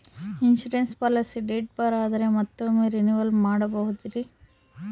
Insurance policy date ಬಾರ್ ಆದರೆ ಮತ್ತೊಮ್ಮೆ ರಿನಿವಲ್ ಮಾಡಬಹುದ್ರಿ?